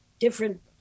different